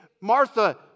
Martha